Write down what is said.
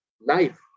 life